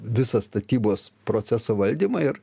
visą statybos proceso valdymą ir